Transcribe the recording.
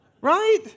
Right